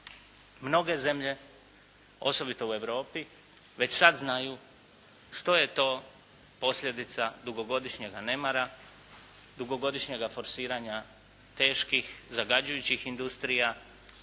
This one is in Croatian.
Mnoge zemlje, osobito u Europi, već sada znaju što je to posljedica dugogodišnjega nemara, dugogodišnjega forsiranja teških, zagađujućih industrija,